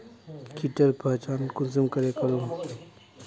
कीटेर पहचान कुंसम करे करूम?